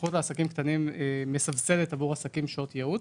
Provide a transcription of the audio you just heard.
הסוכנות לעסקים קטנים מסבסדת עבור עסקים שעות ייעוץ.